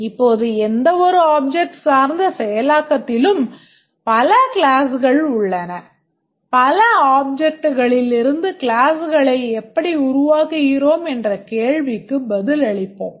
இப்போது எந்தவொரு ஆப்ஜெக்ட் சார்ந்த செயலாக்கத்திலும் பல கிளாஸ்கள் உள்ளன பல ஆப்ஜெக்ட்களிலிருந்து கிளாஸ்களை எப்படி உருவாக்குகிறோம் என்ற கேள்விக்கு பதிலளிப்போம்